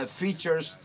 features